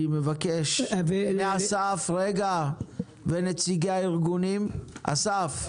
אני מבקש מאסף ונציגי הארגונים אני